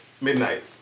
Midnight